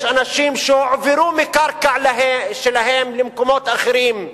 יש אנשים שהועברו מקרקע שלהם למקומות אחרים.